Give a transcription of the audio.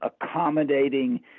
accommodating